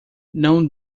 não